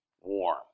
warm